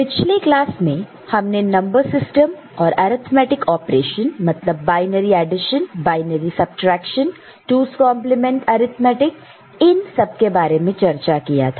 पिछले क्लास में हमने नंबर सिस्टम और अर्थमैटिक ऑपरेशन मतलब binary addition binary subtraction 2's complement arithmetic 2's complement arithmetic इन सब के बारे में चर्चा किया था